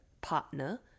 partner